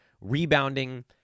rebounding